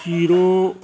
zero